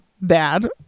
bad